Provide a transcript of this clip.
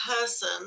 person